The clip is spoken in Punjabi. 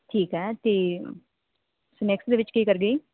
ਠੀਕ ਹੈ ਅਤੇ ਸਨੈਕਸ ਦੇ ਵਿੱਚ ਕੀ ਕਰ ਗਈ